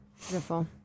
beautiful